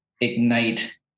ignite